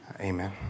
Amen